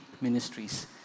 ministries